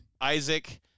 Isaac